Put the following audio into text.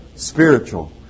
Spiritual